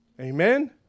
Amen